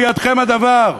בידכם הדבר.